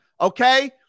Okay